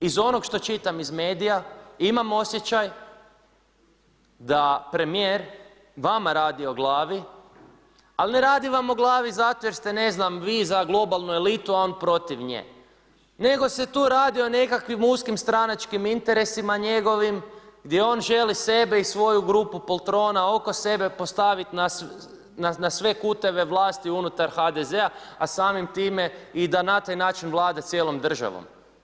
Iz onog što čitam iz medija imam osjećaj da premijer vama radi o glavi, ali ne radi vam o glavi zato jer ste ne znam vi za globalnu elitu a on protiv nje nego se tu radi o nekakvim uskim stranačkim interesima njegovim gdje on želi sebe i svoju grupu poltrona oko sebe postaviti na sve kutove vlasti unutar HDZ-a a samim time i da na taj način vlada cijelom državom.